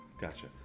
Gotcha